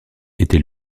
était